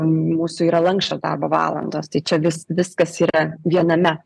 mūsų yra lanksčios darbo valandos tai čia vis viskas yra viename